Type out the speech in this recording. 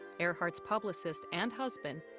earhart's publicist and husband,